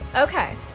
okay